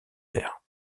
verts